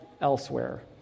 elsewhere